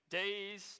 days